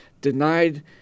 denied